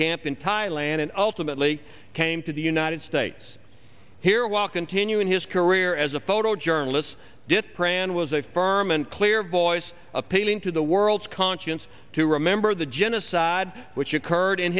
camp in thailand and ultimately came to the united states here while continuing his career as a photojournalist did pran was a firm and clear voice appealing to the world's conscience to remember the genocide which occurred in